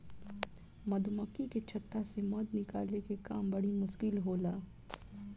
मधुमक्खी के छता से मध निकाले के काम बड़ी मुश्किल होला